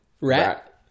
Rat